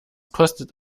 kostet